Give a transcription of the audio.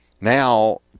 now